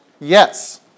Yes